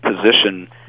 position